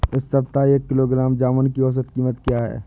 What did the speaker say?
इस सप्ताह एक किलोग्राम जामुन की औसत कीमत क्या है?